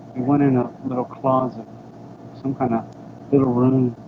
went in a little closet some kinda little room